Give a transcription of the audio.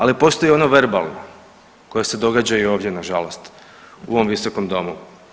Ali postoji ono verbalno koje se događa i ovdje nažalost u ovom visokom domu.